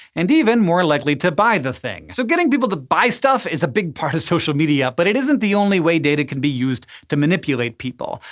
and even more likely to buy the thing. so getting people to buy stuff is a big part of social media. but it isn't the only way data can be used to manipulate people.